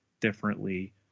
differently